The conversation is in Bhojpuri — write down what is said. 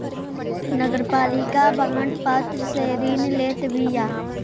नगरपालिका बांड पत्र से ऋण लेत बिया